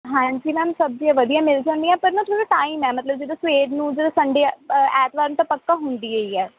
ਹਾਂਜੀ ਮੈਮ ਸਬਜ਼ੀਆਂ ਵਧੀਆ ਮਿਲ ਜਾਂਦੀਆ ਪਰ ਨਾ ਥੋੜ੍ਹਾ ਟਾਈਮ ਹੈ ਮਤਲਬ ਜਦੋਂ ਸਵੇਰ ਨੂੰ ਜਦੋਂ ਸੰਡੇ ਐਤਵਾਰ ਨੂੰ ਤਾਂ ਪੱਕਾ ਹੁੰਦੀਆਂ ਹੀ ਹੈ